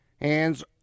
Hands